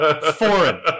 foreign